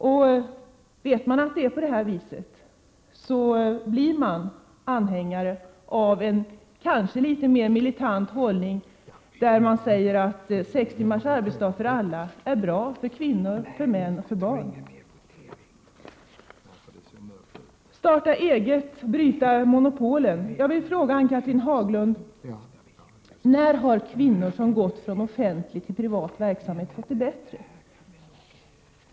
Om man vet att det är så blir man anhängare av en kanske litet mer militant hållning, där man säger att sex timmars arbetsdag för alla är bra för kvinnor, för män och för barn. När det gäller möjligheterna att starta eget och att bryta monopolen vill jag fråga Ann-Cathrine Haglund: När har kvinnor som gått från offentlig till privat verksamhet fått det bättre?